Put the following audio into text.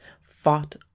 fought